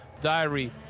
Diary